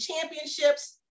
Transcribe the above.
championships